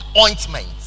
ointment